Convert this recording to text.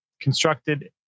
Constructed